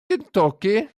kentucky